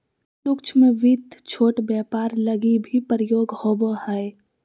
सूक्ष्म वित्त छोट व्यापार लगी भी प्रयोग होवो हय